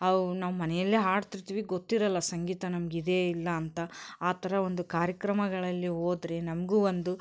ಅವು ನಾವು ಮನೆಯಲ್ಲೇ ಹಾಡ್ತಿರ್ತೀವಿ ಗೊತ್ತಿರಲ್ಲ ಸಂಗೀತ ನಮಗೆ ಇದೇ ಇಲ್ಲ ಅಂತ ಆ ಥರ ಒಂದು ಕಾರ್ಯಕ್ರಮಗಳಲ್ಲಿ ಹೋದ್ರೆ ನಮಗೂ ಒಂದು